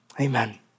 amen